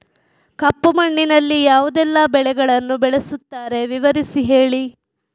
ಕಪ್ಪು ಮಣ್ಣಿನಲ್ಲಿ ಯಾವುದೆಲ್ಲ ಬೆಳೆಗಳನ್ನು ಬೆಳೆಸುತ್ತಾರೆ ವಿವರಿಸಿ ಹೇಳಿ